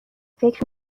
فکر